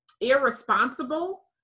irresponsible